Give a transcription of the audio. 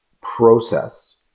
process